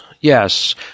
Yes